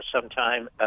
sometime